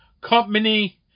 company